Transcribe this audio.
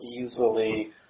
easily